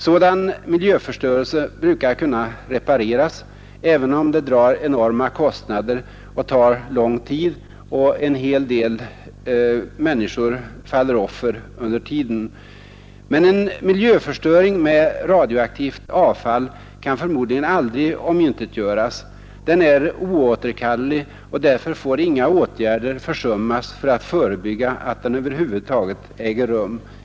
Sådan miljöförstörelse brukar kunna repareras även om det drar enorma kostnader och tar lång tid och en hel del människor faller offer under tiden. Men en miljöförstörelse med radioaktivt avfall kan förmodligen aldrig omintetgöras. Den är oåterkallerlig, och därför får inga åtgärder försummas för att förebygga att den över huvud taget äger rum.